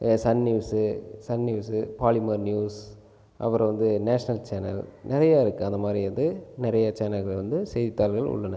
Sun news Sun news Polimer news அப்புறம் வந்து national channel நிறைய இருக்குது அந்த மாதிரி வந்து நிறைய சேனல்கள் வந்து செய்தி தாள்கள் உள்ளன